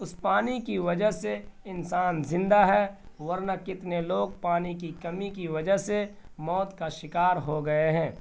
اس پانی کی وجہ سے انسان زندہ ہے ورنہ کتنے لوگ پانی کی کمی کی وجہ سے موت کا شکار ہو گئے ہیں